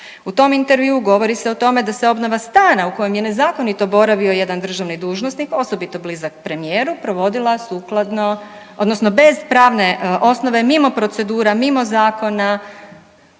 U tom intervjuu govori se o tome da se obnova stana u kojem je nezakonito boravio jedan državni dužnosnik osobito blizak premijeru, provodila sukladno, odnosno bez pravne osnove, mimo procedura, mimo zakona,